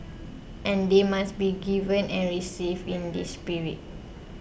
and they must be given and received in this spirit